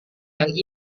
yang